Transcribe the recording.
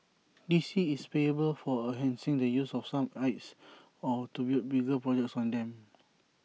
D C is payable for enhancing the use of some sites or to build bigger projects on them